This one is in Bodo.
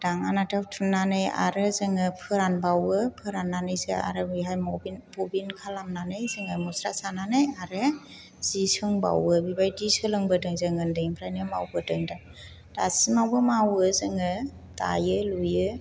दाङानाथाव थुनानै आरो जोङो फोरानबावो फोराननानैसो आरो बैहाय मबिन खालामनानै जोङो मुस्रा सानानै आरो जि सोंबावो बेबायदि सोलोंबोदों जों उन्दैनिफ्रायनो मावबोदों दासिमावबो मावो जोङो दायो लुयो